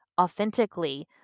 authentically